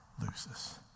loses